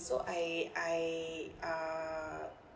so I I uh